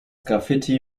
graffiti